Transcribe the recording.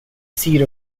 seat